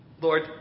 Lord